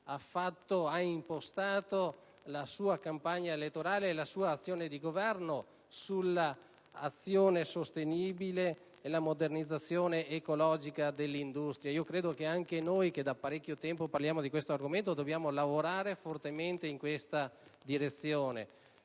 ha impostato la sua campagna elettorale e la sua azione di Governo sull'azione sostenibile e la modernizzazione ecologica dell'industria. Credo che anche noi, che da parecchio tempo parliamo di questo argomento, dobbiamo lavorare fortemente in questa direzione.